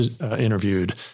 interviewed